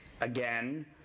again